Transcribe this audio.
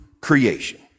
creation